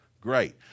Great